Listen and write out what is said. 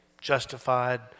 justified